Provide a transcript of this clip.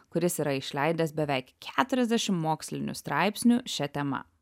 kuris yra išleidęs beveik keturiasdešim mokslinių straipsnių šia tema